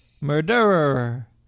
murderer